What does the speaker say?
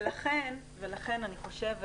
ולכן אני חושבת